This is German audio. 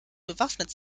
bewaffnet